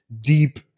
deep